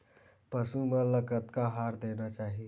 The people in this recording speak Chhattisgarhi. पशु मन ला कतना आहार देना चाही?